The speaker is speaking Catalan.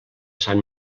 sant